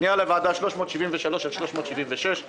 פניות לוועדה שמספרן 373 376 ו-386.